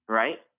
right